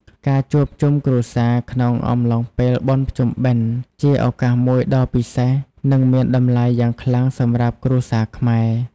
ការជួបជុំគ្រួសារក្នុងអំឡុងពេលបុណ្យភ្ជុំបិណ្ឌ ជាឱកាសមួយដ៏ពិសេស និងមានតម្លៃយ៉ាងខ្លាំងសម្រាប់គ្រួសារខ្មែរ។